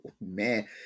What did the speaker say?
man